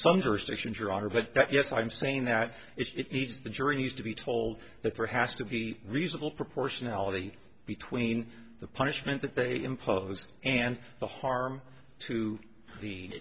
that yes i'm saying that it needs the jury needs to be told that there has to be reasonable proportionality between the punishment that they impose and the harm to the